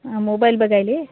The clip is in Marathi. हा मोबाईल बघायले